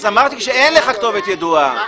וכשאין לך כתובת ידועה?